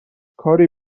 کاری